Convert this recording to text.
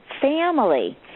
family